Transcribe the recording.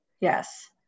yes